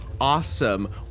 awesome